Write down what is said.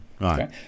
right